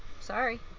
Sorry